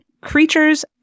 creatures